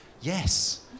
yes